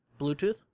Bluetooth